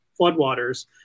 floodwaters